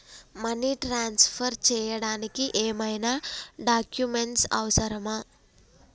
Money transfer చేయడానికి ఏమైనా documents అవసరమా?